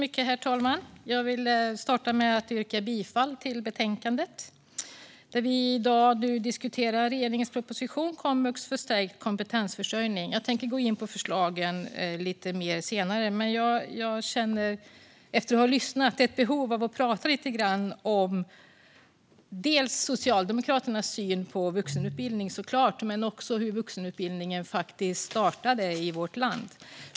Herr talman! Låt mig börja med att yrka bifall till utskottets förslag. Vi diskuterar nu regeringens proposition Komvux för stärkt kompetensförsörjning . Jag kommer in på förslagen lite senare, men efter att ha lyssnat känner jag ett behov av att tala lite om dels Socialdemokraternas syn på vuxenutbildning, dels hur vuxenutbildningen startade i vårt land.